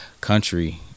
country